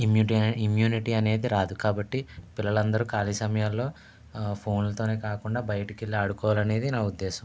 immunity అ immunity అనేది రాదూ కాబట్టి పిల్లలందరూ కాళీ సమయాల్లో ఫోన్లతోనే కాకుండా బయటకెళ్ళి ఆడుకోవాలనేదే నా ఉద్దేశం